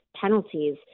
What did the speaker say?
penalties